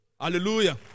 Hallelujah